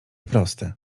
proste